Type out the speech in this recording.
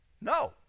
No